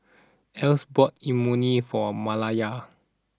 Elsie bought Imoni for Malaya